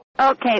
Okay